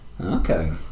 okay